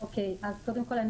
קודם כל,